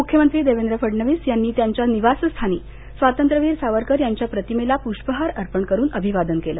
मुख्यमंत्री देवेंद्र फडणवीस यांनी त्यांच्या निवासस्थानी स्वातंत्र्यवीर सावरकर यांच्या प्रतिमेला पुष्पहार अर्पण करून अभिवादन केलं